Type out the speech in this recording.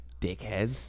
dickheads